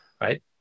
right